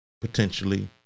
potentially